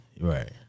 Right